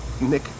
Nick